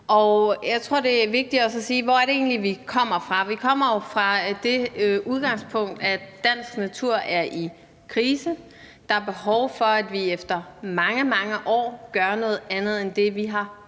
uge. Jeg tror, det er vigtigt også at sige noget om, hvor vi egentlig kommer fra. Vi kommer nemlig fra det udgangspunkt, at dansk natur er i krise. Der er behov for, at vi efter mange, mange år gør noget andet end det, vi